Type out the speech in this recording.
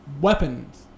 weapons